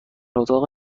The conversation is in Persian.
اتاق